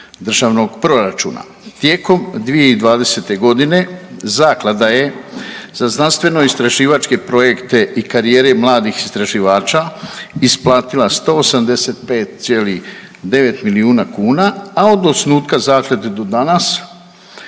državnog proračuna, a da je tijekom 2020.g. zakla da je za znanstvenoistraživačke projekte i karijere mladih istraživača isplatila 185,9 milijuna kuna, a od svog osnutka zaklade do danas